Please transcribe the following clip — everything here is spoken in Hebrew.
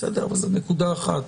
זאת נקודה אחת,